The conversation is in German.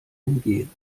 umgehen